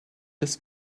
this